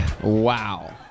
Wow